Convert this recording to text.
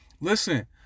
Listen